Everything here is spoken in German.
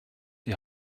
die